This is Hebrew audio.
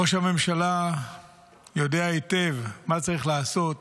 ראש הממשלה יודע היטב מה צריך לעשות